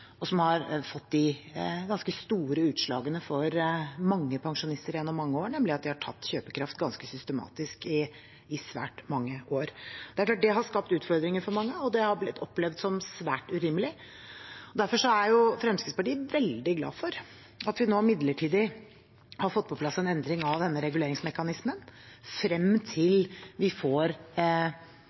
og som har fått de ganske store utslagene for mange pensjonister gjennom mange år, nemlig at de har tapt kjøpekraft ganske systematisk – i svært mange år. Det er klart at det har skapt utfordringer for mange, og det har blitt opplevd som svært urimelig. Derfor er Fremskrittspartiet veldig glad for at vi nå midlertidig har fått på plass en endring av denne reguleringsmekanismen, frem til vi får